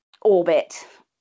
orbit